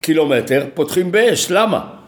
קילומטר, פותחים באש, למה?